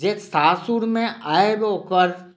जे सासुरमे आबि ओकर